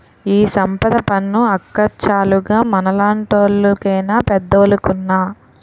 ఈ సంపద పన్ను అక్కచ్చాలుగ మనలాంటోళ్లు కేనా పెద్దోలుకున్నా